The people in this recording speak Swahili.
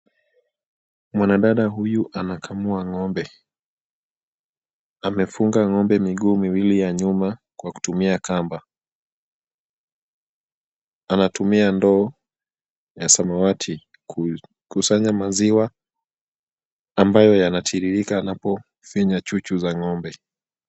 Mwanadada huyu anakamua ng'ombe. Amefunga ng'ombe miguu miwili ya nyuma kwa kutumia kamba. Anatumia ndoo ya samawati kukusanya maziwa ambayo yanatiririka anapofinya chuchu za ng'ombe.